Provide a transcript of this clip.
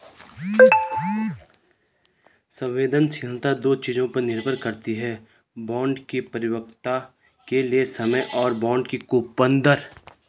संवेदनशीलता दो चीजों पर निर्भर करती है बॉन्ड की परिपक्वता के लिए समय और बॉन्ड की कूपन दर